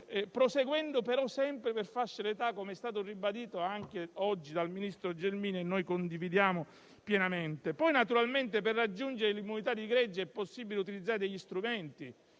proseguendo sempre per fasce d'età, come è stato ribadito anche oggi dal ministro Gelmini e noi condividiamo pienamente. Naturalmente, per raggiungere l'immunità di gregge, è possibile utilizzare degli strumenti.